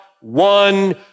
one